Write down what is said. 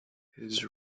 his